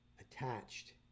attached